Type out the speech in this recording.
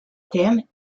thèmes